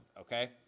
Okay